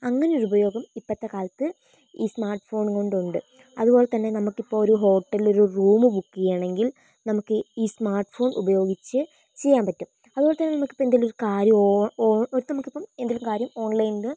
അങ്ങിനൊരുപയോഗം ഇപ്പഴത്തെക്കാലത്ത് ഈ smart phone കൊണ്ട് ഉണ്ട് അതുപോലത്തന്നെ നമുക്കിപ്പോൾ ഒരു ഹോട്ടലിലൊരു റൂമ് ബുക്ക് ചെയ്യണമെങ്കിൽ നമുക്ക് ഈ സ്മാർട്ട് ഫോൺ ഉപയോഗിച്ച് ചെയ്യാൻ പറ്റും അതുപോലത്തന്നെ നമുക്കിപ്പം എന്തേലും ഒരു കാര്യം ഓ ഓ നമുക്കിപ്പം എന്തേലും കാര്യം ഓൺലൈനില്